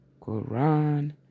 Quran